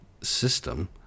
system